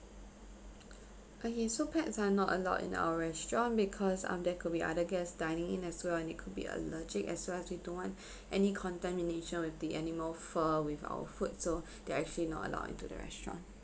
okay so pets are not allowed in our restaurant because um there could be other guests dining in as well and it could be allergic as well as we don't want any contamination with the animal fur with our food so they are actually not allowed into the restaurant